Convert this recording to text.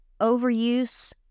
Overuse